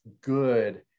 good